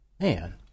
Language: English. man